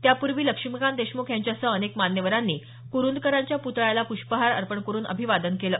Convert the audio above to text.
त्यापूर्वी लक्ष्मीकांत देशमुख यांच्यासह अनेक मान्यवरांनी कुरुंदकरांच्या पुतळ्याला पुष्पहार अर्पण करून अभिवादन केलं